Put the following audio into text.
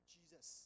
Jesus